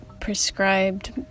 prescribed